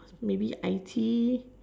maybe I T